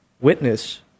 witness